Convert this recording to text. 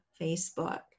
Facebook